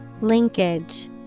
Linkage